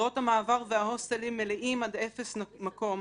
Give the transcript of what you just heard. דירות המעבר וההוסטלים מלאים עד אפס מקום,